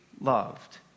loved